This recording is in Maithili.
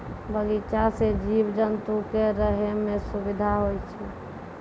बगीचा सें जीव जंतु क रहै म सुबिधा होय छै